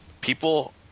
People